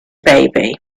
baby